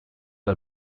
are